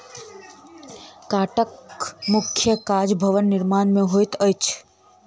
काठक मुख्य काज भवन निर्माण मे होइत अछि